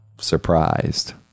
surprised